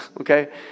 okay